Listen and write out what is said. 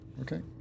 Okay